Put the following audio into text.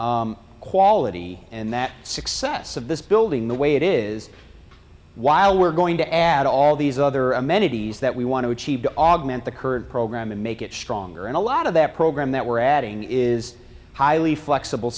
that quality and that success of this building the way it is while we're going to add all these other amenities that we want to achieve to augment the current program and make it stronger and a lot of that program that we're adding is highly flexible